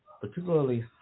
particularly